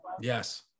yes